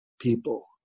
people